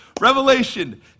Revelation